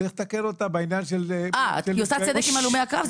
צריך לתקן אותה בעניין של --- היא עושה צדק עם הלומי הקרב?